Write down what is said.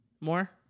More